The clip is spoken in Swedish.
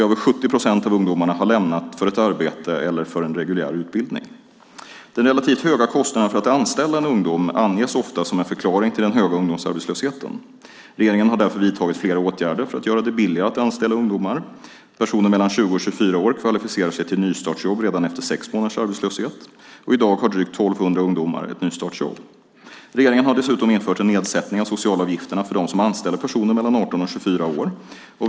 Över 70 procent av ungdomarna har lämnat för ett arbete eller för en reguljär utbildning. Den relativt höga kostnaden för att anställa en ungdom anges ofta som en förklaring till den höga ungdomsarbetslösheten. Regeringen har därför vidtagit flera åtgärder för att göra det billigare att anställa ungdomar. Personer mellan 20 och 24 år kvalificerar sig till nystartsjobb redan efter sex månaders arbetslöshet. I dag har drygt 1 200 ungdomar ett nystartsjobb. Regeringen har dessutom infört en nedsättning av socialavgifterna för dem som anställer personer mellan 18 och 24 år.